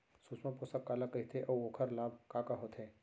सुषमा पोसक काला कइथे अऊ ओखर लाभ का का होथे?